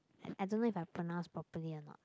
I don't know if I pronounce properly or not